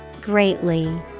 Greatly